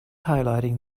highlighting